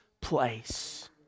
place